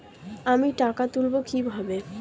আমি টাকা তুলবো কি ভাবে?